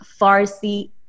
Farsi